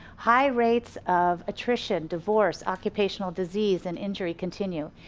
high rates of attrition divorce, occupational disease, and injury continue.